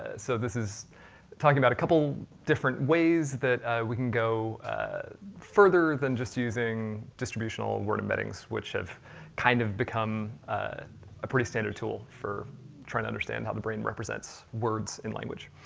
ah so this is talking about a couple different ways that we can go further than just using distributional word embeddings, which have kind of become a pretty standard tool for trying to understand how the brain represents words in language.